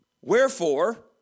Wherefore